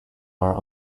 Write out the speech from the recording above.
our